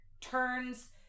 turns